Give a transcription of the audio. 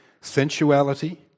sensuality